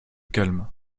calme